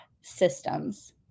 systems